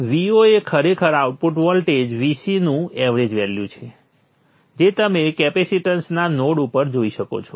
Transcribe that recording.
Vo એ ખરેખર output voltage Vc નું એવરેજ વેલ્યુ છે જે તમે કેપેસીટન્સના નોડ ઉપર જોઈ શકો છો